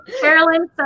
Carolyn